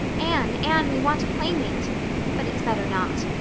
anne, anne, we want a playmate' but it's better not.